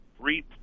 three